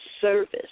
service